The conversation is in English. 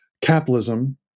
capitalism